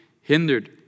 hindered